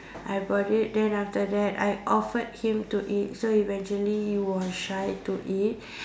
I bought it then after that I offered him to eat so eventually he was shy to eat